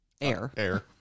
air